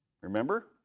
Remember